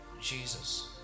Jesus